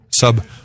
sub